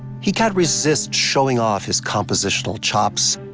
he can't resist showing off his compositional chops,